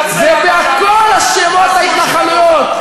ובכול אשמות ההתנחלויות.